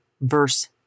verse